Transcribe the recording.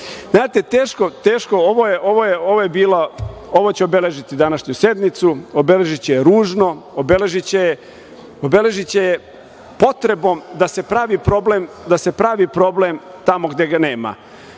da radi. Ovo će obeležiti današnju sednicu. Obeležiće je ružno, obeležiće je potrebom da se pravi problem tamo gde ga nema. Kad